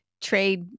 trade